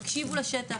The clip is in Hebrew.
תקשיבו לשטח,